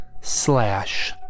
slash